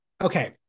Okay